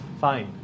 Fine